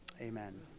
amen